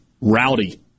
Rowdy